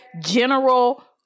general